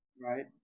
Right